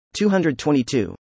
222